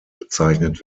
bezeichnet